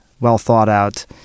well-thought-out